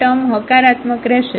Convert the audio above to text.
કે ટર્મ હકારાત્મક રહેશે